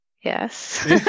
Yes